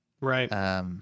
Right